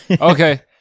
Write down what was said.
Okay